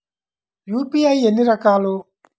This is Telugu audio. యూ.పీ.ఐ ఎన్ని రకాలు?